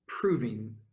proving